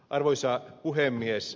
arvoisa puhemies